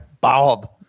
Bob